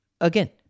again